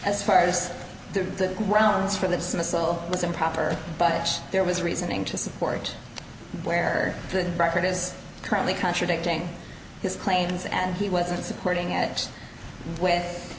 as far as the grounds for the missile was improper but there was reasoning to support where the record is currently contradicting his claims and he wasn't supporting it with